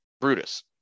Brutus